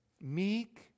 meek